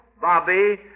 Bobby